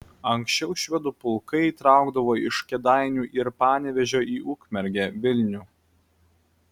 anksčiau švedų pulkai traukdavo iš kėdainių ir panevėžio į ukmergę vilnių